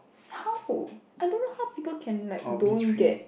how I don't know how people can like don't get